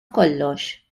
kollox